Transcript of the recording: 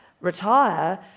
retire